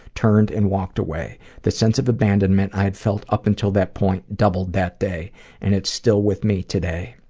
turned, and walked away. the sense of abandonment i had felt up until that point doubled that day and it's still with me today.